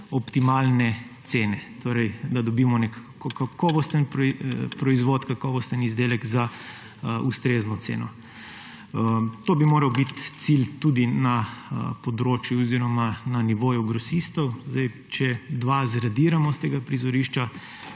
optimalne cene, torej da dobimo nek kakovosten proizvod, kakovosten izdelek za ustrezno ceno. To bi moral biti cilj tudi na nivoju grosistov. Zdaj, če dva zradiramo s tega prizorišča,